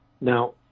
Now